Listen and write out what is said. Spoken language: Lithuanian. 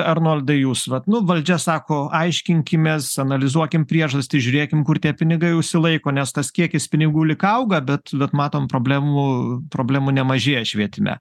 arnoldai jūs vat nu valdžia sako aiškinkimės analizuokim priežastį žiūrėkim kur tie pinigai užsilaiko nes tas kiekis pinigų lyg auga bet bet matom problemų problemų nemažėja švietime